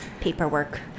paperwork